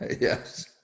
yes